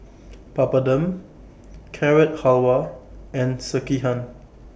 Papadum Carrot Halwa and Sekihan